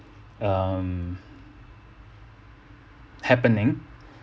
um happening